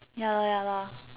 ya loh ya loh